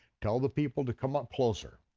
tell the people to come up closer,